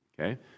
Okay